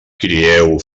crieu